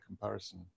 comparison